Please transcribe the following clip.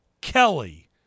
Kelly